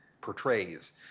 portrays